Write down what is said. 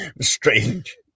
Strange